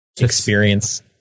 experience